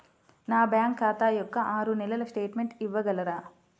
నా బ్యాంకు ఖాతా యొక్క ఆరు నెలల స్టేట్మెంట్ ఇవ్వగలరా?